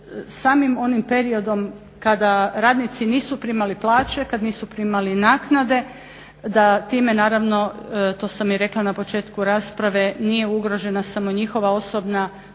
samim onim periodom kada radnici nisu primali plaće, kad nisu primali naknade da time naravno to sam i rekla na početku rasprave nije ugrožena samo njihova osobna